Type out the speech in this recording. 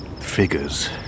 figures